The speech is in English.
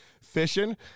fishing